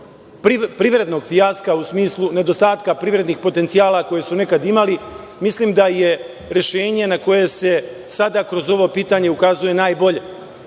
privrednog fijaska, u smislu nedostatka privrednih potencijala koje su nekada imali, mislim da je rešenje na koje se sada kroz ovo pitanje ukazuje najbolje. Na